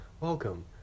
welcome